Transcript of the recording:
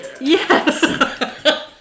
Yes